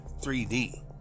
3D